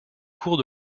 cours